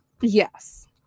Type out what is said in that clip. Yes